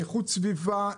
איכות סביבה,